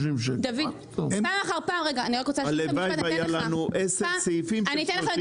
רגע אני רק רוצה להשלים את המשפט.